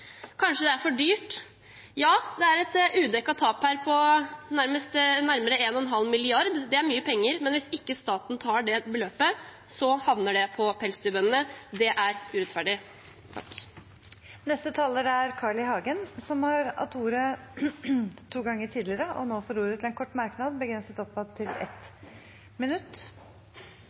Kanskje det er for dyrt? Ja, det er et udekket tap her på nærmere 1,5 mrd. kr. Det er mye penger, men hvis ikke staten tar det beløpet, havner det på pelsdyrbøndene. Det er urettferdig. Representanten Carl I. Hagen har hatt ordet to ganger tidligere og får ordet til en kort merknad, begrenset til 1 minutt.